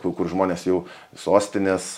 tų kur žmonės jau sostinės